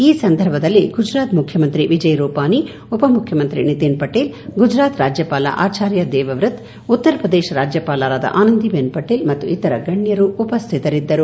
ಈ ಸಂದರ್ಭದಲ್ಲಿ ಗುಜರಾತ್ ಮುಖ್ಯಮಂತ್ರಿ ವಿಜಯ್ ರೂಪಾನಿ ಉಪ ಮುಖ್ಯಮಂತ್ರಿ ನಿತಿನ್ ಪಟೇಲ್ ಗುಜರಾತ್ ರಾಜ್ಯಪಾಲ ಆಚಾರ್ಯ ದೇವವ್ರತ್ ಉತ್ತರ ಪ್ರದೇಶ ರಾಜ್ಯಪಾಲರಾದ ಆನಂದಿಬೆನ್ ಪಟೇಲ್ ಮತ್ತು ಇತರ ಗಣ್ಣರು ಉಪಸ್ಥಿತರಿದ್ದರು